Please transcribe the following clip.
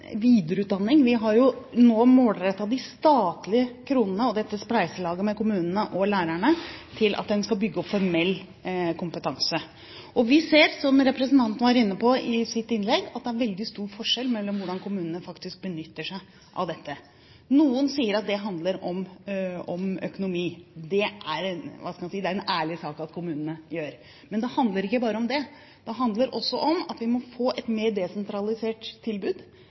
videreutdanning. Vi har nå målrettet de statlige kronene og dette spleiselaget med kommunene og lærerne mot at man skal bygge opp formell kompetanse. Vi ser, som representanten var inne på i sitt innlegg, at det er veldig stor forskjell på hvordan kommunene faktisk benytter seg av dette. Noen sier at det handler om økonomi. Det er det en ærlig sak at kommunene gjør. Men det handler ikke bare om det. Det handler også om at vi må få et mer desentralisert tilbud,